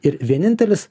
ir vienintelis